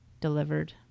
delivered